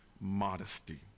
modesty